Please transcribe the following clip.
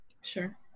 Sure